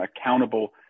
accountable